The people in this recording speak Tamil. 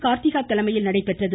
காார்த்திகா தலைமையில் நடைபெற்றது